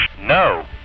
No